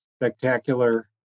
spectacular